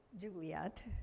Juliet